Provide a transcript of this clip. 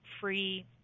free